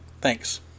Thanks